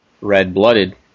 Red-blooded